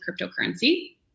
cryptocurrency